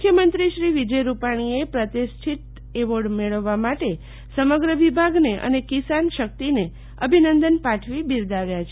મુખ્યમંત્રીશ્રી વિજય રૂપાણીએ પ્રતિષ્ઠિત એવોર્ડ મેળવવા માટે સમગ્ર વિભાગને અને કિસાન શક્તિને અભિનંદન પાઠવી બિરદાવ્યા છે